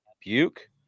Buke